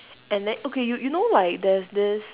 and then okay you you know like there's this